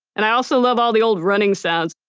and i also love all the old running sounds.